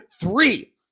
three